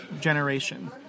generation